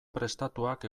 prestatuak